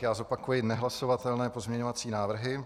Já zopakuji nehlasovatelné pozměňovací návrhy.